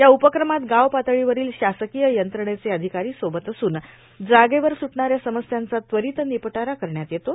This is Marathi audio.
या उपक्रमांत गाव पातळीवरोल शासकोय यंत्रणेचे अर्धिकारो सोबत असून जागेवर सुटणाऱ्या समस्यांचा त्वारत र्वानपटारा करण्यात येतो